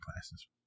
classes